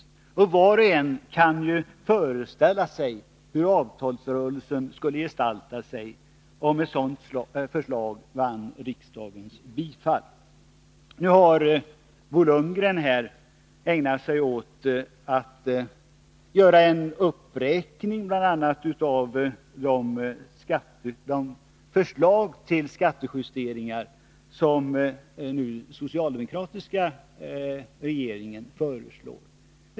Var och en kan ju föreställa sig hur avtalsrörelsen skulle gestalta sig, om ett sådant förslag vann riksdagens bifall. Bo Lundgren ägnade sig här åt att bl.a. göra en uppräkning av de förslag till skattejusteringar som den socialdemokratiska regeringen lagt fram.